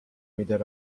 middle